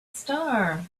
star